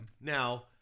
Now